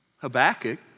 Habakkuk